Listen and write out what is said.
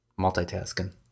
multitasking